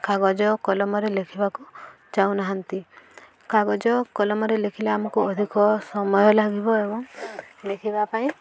କାଗଜ କଲମରେ ଲେଖିବାକୁ ଚାହୁଁନାହାନ୍ତି କାଗଜ କଲମରେ ଲେଖିଲେ ଆମକୁ ଅଧିକ ସମୟ ଲାଗିବ ଏବଂ ଲେଖିବା ପାଇଁ